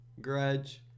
grudge